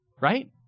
right